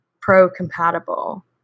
pro-compatible